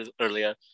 earlier